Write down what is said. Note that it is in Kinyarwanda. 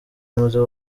yamaze